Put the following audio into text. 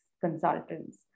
consultants